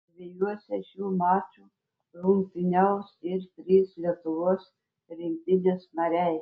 dviejuose šių mačų rungtyniaus ir trys lietuvos rinktinės nariai